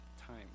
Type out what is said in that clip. time